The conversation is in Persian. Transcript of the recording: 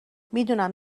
میدونم